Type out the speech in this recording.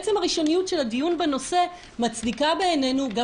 עצם הראשוניות של הדיון בנושא מצדיקה בעינינו גם